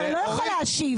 הוא הרי לא יכול להשיב לכם.